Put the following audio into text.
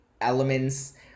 elements